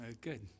Good